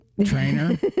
trainer